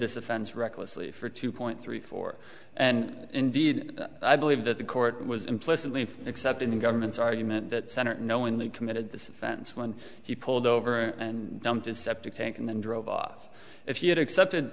this offense recklessly for two point three four and indeed i believe that the court was implicitly except in the government's argument that senate knowingly committed this fence when he pulled over and dumped a septic tank and then drove off if he had accepted